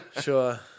Sure